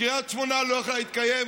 קריית שמונה לא הייתה יכולה להתקיים,